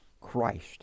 Christ